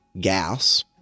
gas